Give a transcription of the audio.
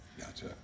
Gotcha